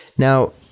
Now